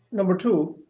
number two,